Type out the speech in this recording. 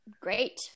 Great